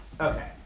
Okay